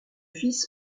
fils